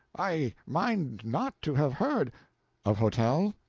i mind not to have heard of hotel?